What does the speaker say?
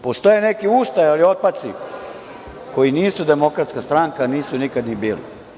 Postoje neki ustajali otpaci koji nisu Demokratska stranka, koji nisu nikad ni bili.